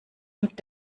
und